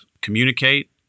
communicate